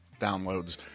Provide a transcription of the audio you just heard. downloads